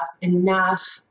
enough